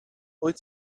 wyt